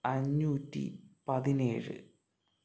അഞ്ഞൂറ്റിപതിനേഴ്